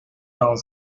dans